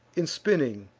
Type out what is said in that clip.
in spinning,